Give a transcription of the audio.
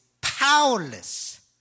powerless